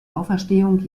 auferstehung